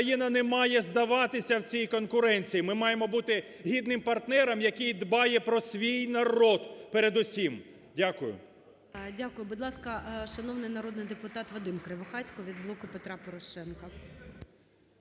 Україна не має здаватися в цій конкуренції, ми маємо бути гідним партнером, який дбає про свій народ передусім. Дякую.